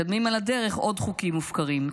מקדמים על הדרך עוד חוקים מופקרים,